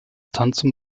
tanzen